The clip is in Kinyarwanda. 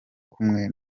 kumwe